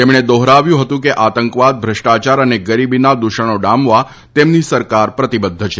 તેમણે દોહરાવ્યું હતું કે આતંકવાદ ભ્રષ્ટાચાર અને ગરીબીના દ્વષણો ડામવા તેમની સરકાર પ્રતિબધ્ધ છે